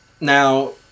now